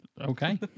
Okay